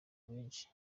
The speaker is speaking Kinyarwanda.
benshi